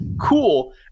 cool